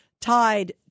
tied